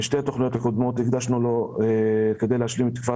בשתי התכניות הקודמות הקדשנו כדי להשלים את כפר